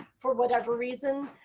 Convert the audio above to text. for whatever reason,